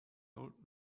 old